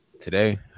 Today